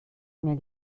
mir